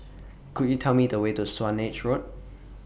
Could YOU Tell Me The Way to Swanage Road